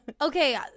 Okay